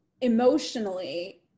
emotionally